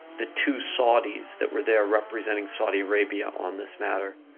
the two saudis that were there representing saudi arabia on this matter,